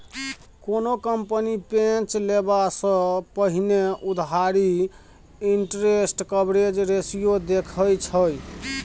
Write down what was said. कोनो कंपनी पैंच लेबा सँ पहिने उधारी इंटरेस्ट कवरेज रेशियो देखै छै